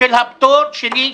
של הפטור שלי,